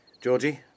Georgie